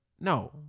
No